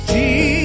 Jesus